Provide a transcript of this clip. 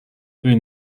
буй